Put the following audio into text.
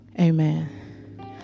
Amen